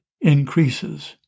increases